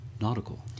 nautical